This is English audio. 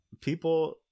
people